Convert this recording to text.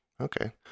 Okay